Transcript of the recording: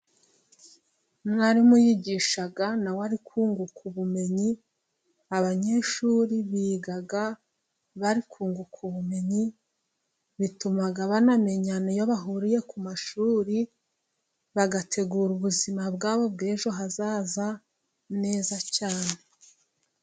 Umwarimu yigisha na we ari kukunguka ubumenyi ,abanyeshuri biga bari kunguka ubumenyi bituma banamenyana iyo bahuriye ku mashuri, bagategura ubuzima bwabo bw'ejo hazaza neza cyane.